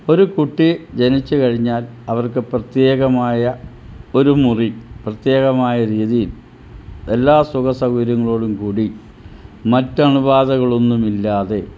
ഒരു കുട്ടി ജനിച്ചുകഴിഞ്ഞാൽ അവർക്ക് പ്രത്യേകമായ ഒരു മുറി പ്രത്യേകമായ രീതിയിൽ എല്ലാ സുഖ സൗകര്യങ്ങളോടും കൂടി മറ്റ് അണുബാധകളൊന്നും ഇല്ലാതെ